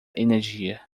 energia